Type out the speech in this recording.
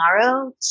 tomorrow